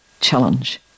challenge